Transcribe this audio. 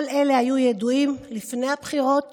כל אלה היו ידועים לפני הבחירות